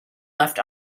left